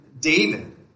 David